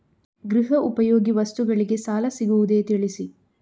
ಗೃಹ ಉಪಯೋಗಿ ವಸ್ತುಗಳಿಗೆ ಸಾಲ ಸಿಗುವುದೇ ತಿಳಿಸಿ?